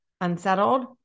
unsettled